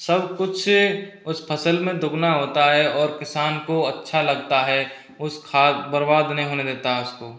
सब कुछ से उस फसल में दुगुना होता है और किसान को अच्छा लगता है उस खाद बर्बाद नहीं होने देता उसको